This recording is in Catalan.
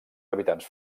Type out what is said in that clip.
habitants